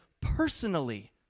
personally